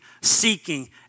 seeking